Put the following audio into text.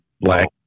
black